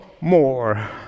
more